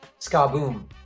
SkaBoom